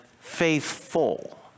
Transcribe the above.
faithful